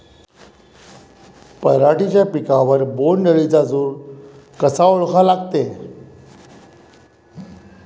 पराटीच्या पिकावर बोण्ड अळीचा जोर कसा ओळखा लागते?